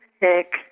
pick